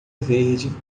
verde